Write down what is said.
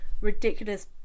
ridiculous